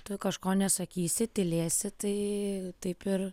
tu kažko nesakysi tylėsi tai taip ir